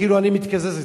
כאילו: אני מתקזז אתך.